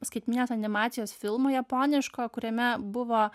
skaitmeninės animacijos filmo japoniško kuriame buvo